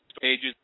pages